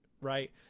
right